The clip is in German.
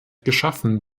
geschaffen